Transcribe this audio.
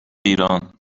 ایران